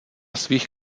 svých